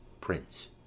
Prince